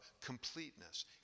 completeness